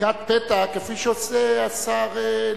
בדיקת פתע כפי שעושה השר ליצמן.